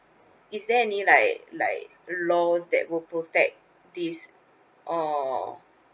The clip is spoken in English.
is there any like like laws that will protect this or